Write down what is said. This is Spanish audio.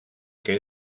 que